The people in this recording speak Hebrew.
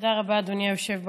תודה רבה, אדוני היושב בראש.